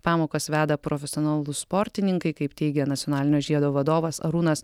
pamokas veda profesionalūs sportininkai kaip teigia nacionalinio žiedo vadovas arūnas